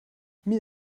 mir